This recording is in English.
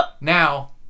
Now